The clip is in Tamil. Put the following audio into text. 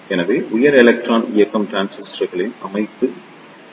எனவே உயர் எலக்ட்ரான் இயக்கம் டிரான்சிஸ்டரின் அமைப்பு இங்கே